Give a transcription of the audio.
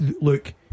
Look